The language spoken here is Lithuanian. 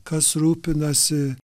kas rūpinasi